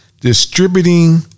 Distributing